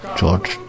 George